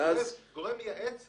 אנחנו גורם מייעץ.